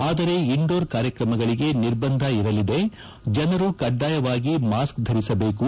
ಆದರೆ ಇಂಡೋರ್ ಕಾರ್ಯಕ್ರಮಗಳಿಗೆ ನಿರ್ಬಂಧ ಇರಲಿದೆಜನರು ಕಡ್ಡಾಯವಾಗಿ ಮಾಸ್ಗ್ ಧರಿಸಬೇಕು